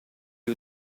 gli